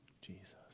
Jesus